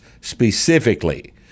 specifically